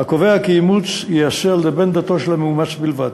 הקובע כי אימוץ ייעשה על-ידי בן-דתו של המאומץ בלבד.